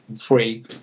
free